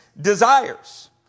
desires